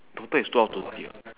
total is two hour thirty what